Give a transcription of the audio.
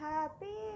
Happy